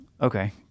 okay